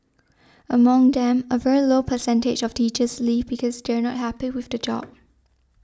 among them a very low percentage of teachers leave because they are not happy with the job